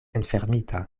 enfermita